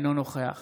אינו נוכח